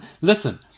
Listen